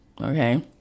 Okay